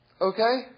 okay